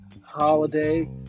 holiday